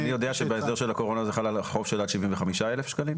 אני יודע שבהסדר של הקורונה זה חל על חוב של עד 75,000 שקלים.